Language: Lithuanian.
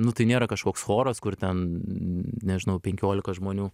nu tai nėra kažkoks choras kur ten nežinau penkiolika žmonių